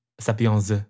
Sapiens